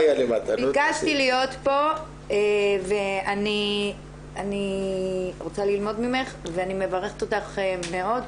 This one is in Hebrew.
ביקשתי להיות פה ואני רוצה ללמוד ממך ואני מברכת אותך מאוד,